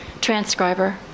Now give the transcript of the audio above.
transcriber